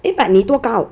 eh but 你多高